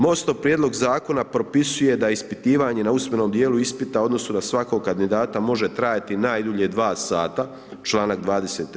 MOST-ov prijedlog zakona propisuje da ispitivanje na usmenom djelu ispita u odnosu na svakog kandidata može trajati najdulje 2sata, članak 23.